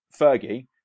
Fergie